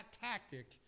tactic